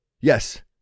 Yes